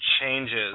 changes